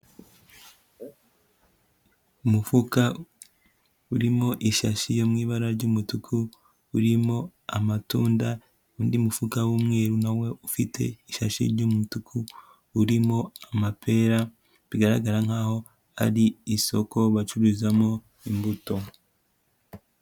Umufuka urimo ishashi yo mu ibara ry'umutuku urimo amatunda, undi mufuka w'umweru na wo ufite ishashi ry'umutuku urimo amapera, bigaragara nk'aho ari isoko bacururizamo imbuto.